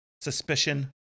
suspicion